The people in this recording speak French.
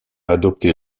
adopter